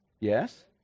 Yes